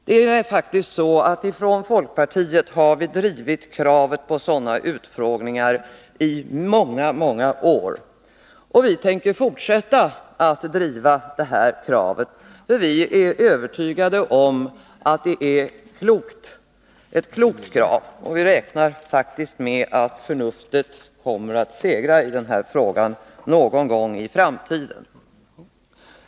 Från folkpartiet har vi i många år drivit kravet på sådana utfrågningar. Och vi tänker fortsätta att göra det, för vi är övertygade om att det är ett klokt krav. Vi räknar faktiskt med att förnuftet kommer att segra i denna fråga någon gång i framtiden.